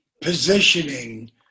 positioning